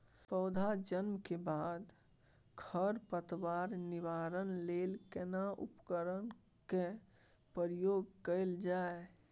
पौधा जन्म के बाद खर पतवार निवारण लेल केना उपकरण कय प्रयोग कैल जाय?